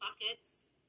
buckets